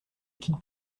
quitte